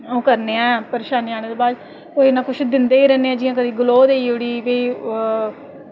ओह् करने आं परेशानी आने दे बाद केह् ना कुछ दिंदे गै रौह्न्ने आं जि'यां कोई ग्लोऽ देई ओड़ी